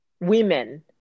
women